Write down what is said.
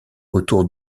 autour